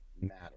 matter